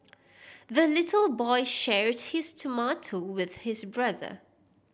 the little boy shared his tomato with his brother